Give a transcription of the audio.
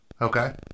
Okay